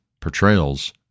portrayals